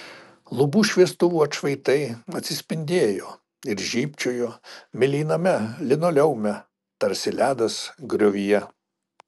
lubų šviestuvų atšvaitai atsispindėjo ir žybčiojo mėlyname linoleume tarsi ledas griovyje